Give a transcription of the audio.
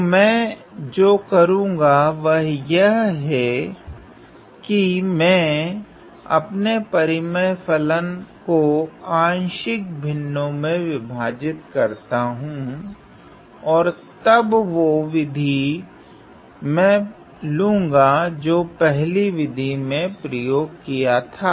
तो मैं जो करुगा वह यह है की मैं अपने परिमेय फलन को आंशिक भिन्नो मे विभाजित करता हूँ और तब वो विधि प्रयोग मे लू जो पहली विधि मे प्रयोग किया था